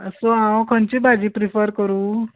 so हांव खंयची भाजी प्रिफर करूं